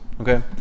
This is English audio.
Okay